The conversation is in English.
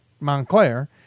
Montclair